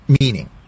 meaning